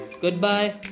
Goodbye